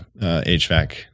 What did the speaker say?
hvac